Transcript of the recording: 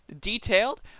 detailed